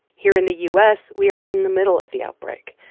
here in the u s, we are in the middle of the outbreak.